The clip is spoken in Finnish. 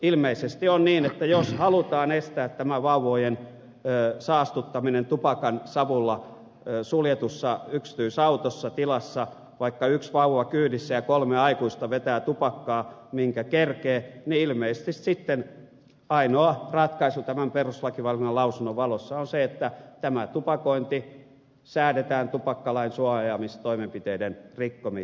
ilmeisesti on niin että jos halutaan estää tämä vauvojen saastuttaminen tupakansavulla suljetussa yksityisautossa tilassa vaikka yksi vauva kyydissä ja kolme aikuista vetää tupakkaa minkä kerkeää niin ilmeisesti ainoa ratkaisu tämän perustuslakivaliokunnan lausunnon valossa on sitten se että tupakointi säädetään tupakkalain suojaamistoimenpiteiden rikkomiseksi